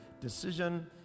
decision